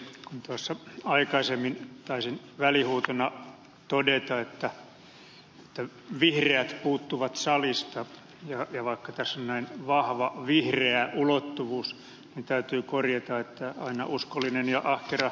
kun tuossa aikaisemmin taisin välihuutona todeta että vihreät puuttuvat salista vaikka tässä on näin vahva vihreä ulottuvuus niin täytyy korjata että aina uskollinen ja ahkera ed